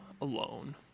alone